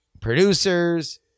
producers